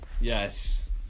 Yes